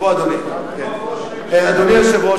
אדוני היושב-ראש,